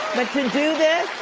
but to do this,